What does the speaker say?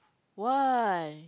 why